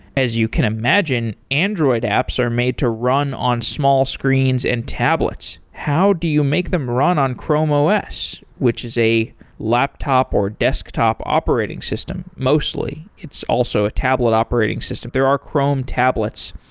as you can imagine, android apps are made to run on small screens and tablets. how do you make them run on chrome os, which is a laptop or a desktop operating system mostly? it's also a tablet operating system. there are chrome tablets.